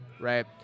right